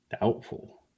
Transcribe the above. doubtful